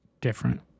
Different